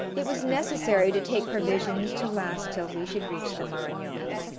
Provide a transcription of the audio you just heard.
it was necessary to take provisions to last till we should reach the maranon.